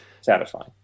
satisfying